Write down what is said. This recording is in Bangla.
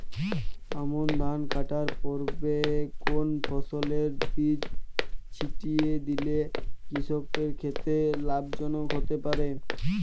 আমন ধান কাটার পূর্বে কোন ফসলের বীজ ছিটিয়ে দিলে কৃষকের ক্ষেত্রে লাভজনক হতে পারে?